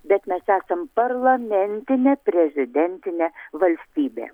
bet mes esam parlamentinė prezidentinė valstybė